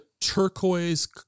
turquoise